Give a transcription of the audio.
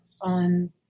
on